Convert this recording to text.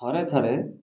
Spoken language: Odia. ଥରେ ଥରେ